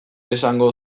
esango